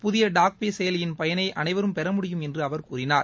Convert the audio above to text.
புதிய டாக்பே செயலியின் பயனை அனைவரும் பெற முடியும் என்று அவர் கூறினார்